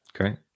okay